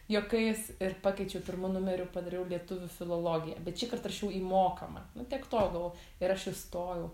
juokais ir pakeičiau pirmu numeriu padariau lietuvių filologiją bet šįkart rašiau į mokamą nu tiek to jau galvou ir aš įstojau